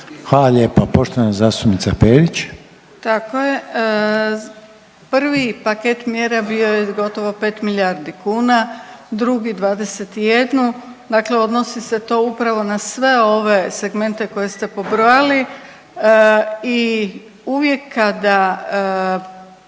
**Perić, Grozdana (HDZ)** Tako je. Prvi paket mjera bio je gotovo pet milijardi kuna, drugi 21. Dakle, odnosi se to upravo na sve ove segmente koje ste pobrojati i uvijek kada